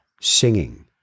Singing